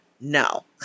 No